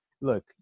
look